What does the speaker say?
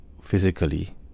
physically